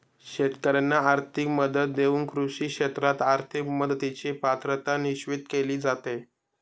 शेतकाऱ्यांना आर्थिक मदत देऊन कृषी क्षेत्रात आर्थिक मदतीची पात्रता निश्चित केली जाते